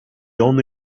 only